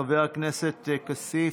חבר הכנסת כסיף.